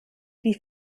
die